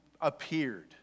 appeared